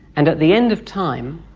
and at the end of time,